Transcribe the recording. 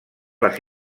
les